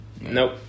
Nope